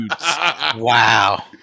Wow